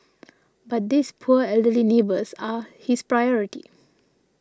but this poor elderly neighbours are his priority